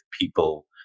people